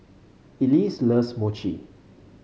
Elise loves Mochi